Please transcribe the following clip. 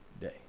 day